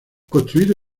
construido